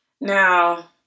now